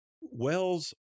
Wells